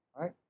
right